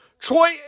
Troy